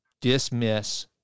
dismiss